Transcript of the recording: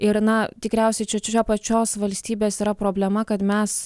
ir na tikriausiai čia pačios valstybės yra problema kad mes